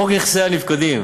חוק נכסי נפקדים